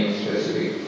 specific